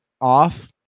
off